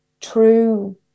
true